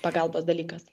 pagalbos dalykas